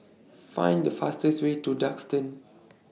Find The fastest Way to Duxton